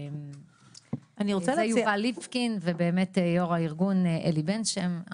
זה נשלח מיובל ליפקין ויושב ראש הארגון אלי בן שם,